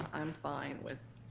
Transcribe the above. i'm fine with.